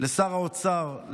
לשר האוצר,